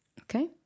Okay